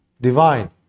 divine